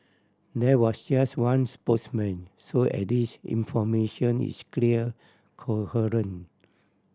there was just one spokesman so at least information is clear coherent